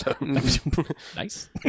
Nice